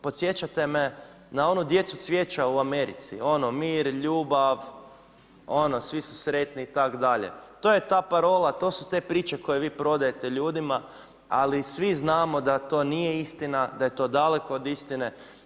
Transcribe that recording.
Podsjećate me na onu djecu cvijeća u Americi, ono mir, ljubav, ono svi su sretni itd. to je ta parola, to su te priče koje vi prodajete ljudima, ali svi znamo da to nije istina, da je to daleko od istine.